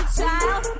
child